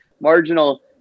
marginal